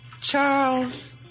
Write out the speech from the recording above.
Charles